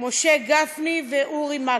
משה גפני ואורי מקלב.